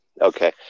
Okay